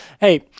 Hey